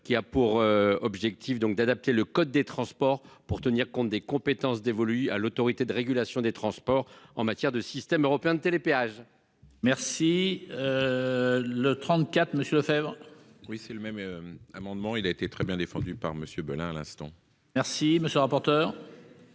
qui a pour objectif donc d'adapter le code des transports pour tenir compte des compétences dévolues à l'Autorité de régulation des transports, en matière de système européen de télépéage. Merci. Le 34 Monsieur Lefebvre. Oui c'est le même amendement il a été très bien défendu par Monsieur Beulin. À l'instant. Merci monsieur le rapporteur.